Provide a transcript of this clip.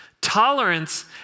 Tolerance